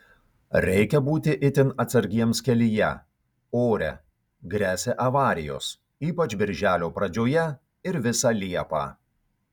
reikia būti itin atsargiems kelyje ore gresia avarijos ypač birželio pradžioje ir visą liepą